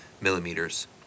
millimeters